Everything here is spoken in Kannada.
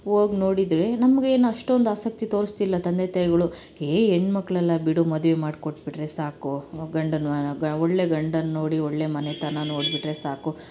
ಹೋಗ್ ನೋಡಿದರೆ ನಮ್ಗೆ ಏನು ಅಷ್ಟೊಂದು ಆಸಕ್ತಿ ತೋರಿಸ್ತಿಲ್ಲ ತಂದೆ ತಾಯಿಗಳು ಏಯ್ ಹೆಣ್ಮಕ್ಳ್ ಅಲ್ವ ಬಿಡು ಮದುವೆ ಮಾಡಿ ಕೊಟ್ಟುಬಿಟ್ರೆ ಸಾಕು ಗಂಡನ ಒಳ್ಳೆಯ ಗಂಡನ್ನ ನೋಡಿ ಒಳ್ಳೆಯ ಮನೆತನ ನೋಡಿ ಬಿಟ್ಟರೆ ಸಾಕು